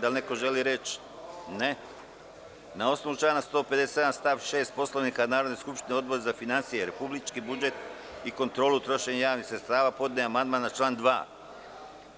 Da li neko želi reč? (Ne) Na osnovu člana 157. stav 6. Poslovnika Narodne skupštine, Odbor za finansije, republički budžet i kontrolu trošenja javnih sredstava, podneo je amandman na član 2.